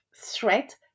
threat